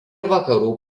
vakarų